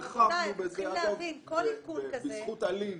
הרחבנו בזה בזכות אלי"ן